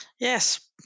Yes